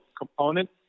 component